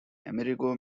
amerigo